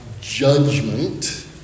judgment